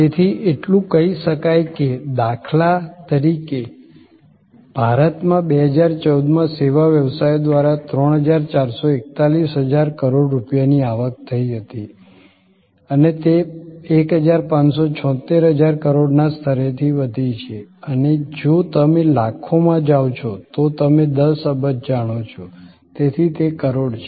તેથી એટલું કહી શકાય કે દાખલા તરીકે ભારતમાં 2014 માં સેવા વ્યવસાયો દ્વારા 3441 હજાર કરોડ રૂપિયાની આવક થઈ હતી અને તે 1576 હજાર કરોડના સ્તરેથી વધી છે અને જો તમે લાખોમાં જાઓ છો તો તમે 10 અબજ જાણો છો તેથી તે કરોડ છે